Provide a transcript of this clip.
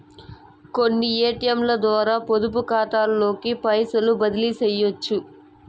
కొన్ని ఏటియంలద్వారా పొదుపుకాతాలోకి పైసల్ని బదిలీసెయ్యొచ్చు